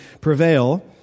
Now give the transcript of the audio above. prevail